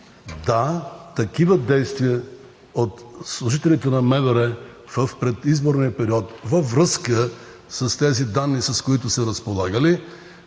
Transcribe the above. има такива действия от служителите на МВР в предизборния период във връзка с тези данни, с които са разполагали,